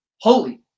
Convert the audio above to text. Holy